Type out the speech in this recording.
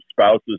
Spouses